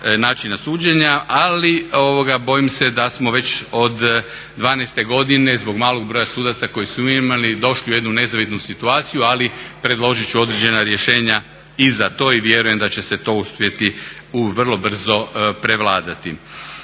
načina suđenja, ali bojim se da smo već od '12. godine zbog malog broja sudaca koji su došli u jednu nezavidnu situaciju, ali predložit ću određena rješenja i za to i vjerujem da će se to uspjeti vrlo brzo prevladati.